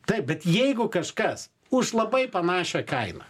taip bet jeigu kažkas už labai panašią kainą